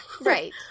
Right